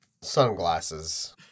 sunglasses